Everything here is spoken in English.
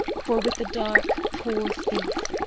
for with the dark, poor thief,